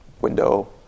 window